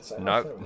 No